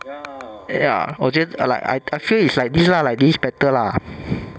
ya 我觉 like I I feel is like this ah like this better lah